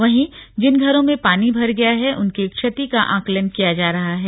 वहीं जिन घरों में पानी भर गया है उनकी क्षति का आंकलन किया जा रहा है